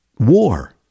war